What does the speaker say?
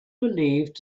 believed